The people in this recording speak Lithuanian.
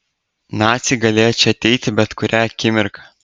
naciai galėjo čia ateiti bet kurią akimirką